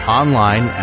online